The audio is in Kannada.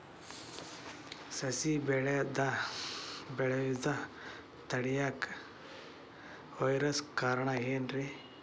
ಸಸಿ ಬೆಳೆಯುದ ತಡಿಯಾಕ ವೈರಸ್ ಕಾರಣ ಏನ್ರಿ?